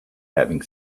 having